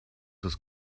this